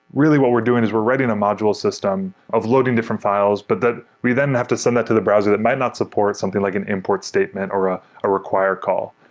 really, what we're doing is we're writing a module system of loading different files, but that we then have to send that to the browser that might not support something like an import statement or ah a required call.